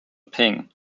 ping